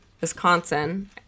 Wisconsin